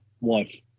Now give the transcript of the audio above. wife